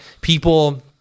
people